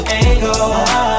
angle